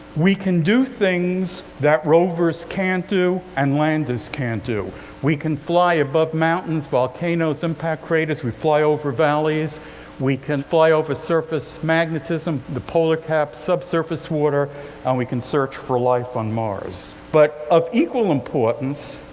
we can do things that rovers can't do and landers can't do we can fly above mountains, volcanoes, impact craters we fly over valleys we can fly over surface magnetism, the polar caps, subsurface water and we can search for life on mars. but, of equal importance,